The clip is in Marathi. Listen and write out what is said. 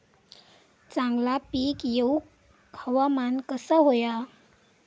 चांगला पीक येऊक हवामान कसा होया?